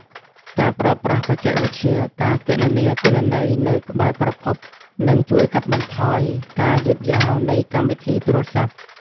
ការប្រើប្រាស់បច្ចេកវិទ្យា ការគណនាទិន្នន័យនៅក្បែរប្រភព នឹងជួយកាត់បន្ថយការយឺតយ៉ាវនៃកម្មវិធីទូរសព្ទ។